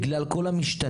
בגלל כל המשתנים,